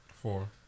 Four